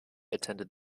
attended